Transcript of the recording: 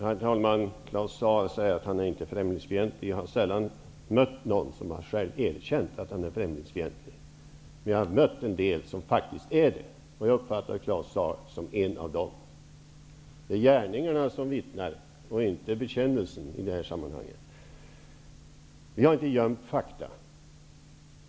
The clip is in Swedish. Herr talman! Claus Zaar säger att han inte är främlingsfientlig. Jag har sällan mött någon som har erkänt att han är främlingsfientlig. Men jag har mött en del som faktiskt är det. Jag uppfattar Claus Zaar som en av dem. Det är gärningarna som vittnar, inte bekännelsen, i det här sammanhanget. Vi har inte gömt fakta.